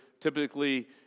typically